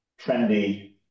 trendy